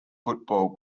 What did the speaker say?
football